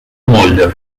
molla